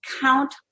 count